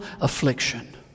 affliction